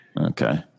okay